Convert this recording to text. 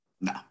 no